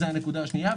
זו הנקודה השנייה.